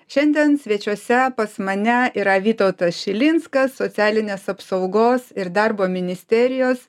šiandien svečiuose pas mane yra vytautas šilinskas socialinės apsaugos ir darbo ministerijos